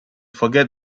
forget